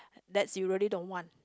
that's you really don't want